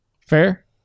Fair